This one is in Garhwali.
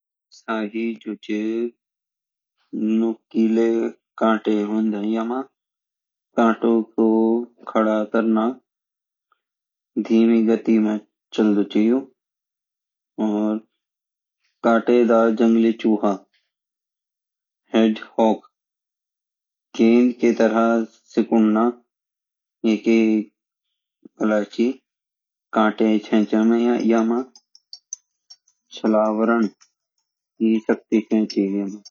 पॉर्क्यूपिनेस जो ची नुकीला कांटे होंदे ये मई काँटों को खड़ा करना धीमी गति मई चल्दु ची यू और कांटेदार जंडली चूहा हेडगेहोग काईन की तरहं सिकुड़ना यैकि कांटे चाय ची एमा छलावरण की शक्ति छाए ची ये मा